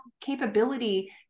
capability